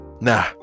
nah